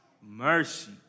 mercy